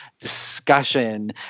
discussion